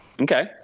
okay